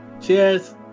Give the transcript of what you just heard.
cheers